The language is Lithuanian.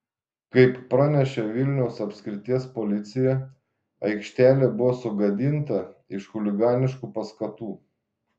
kaip pranešė vilniaus apskrities policija aikštelė buvo sugadinta iš chuliganiškų paskatų